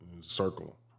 Circle